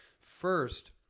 First